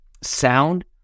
sound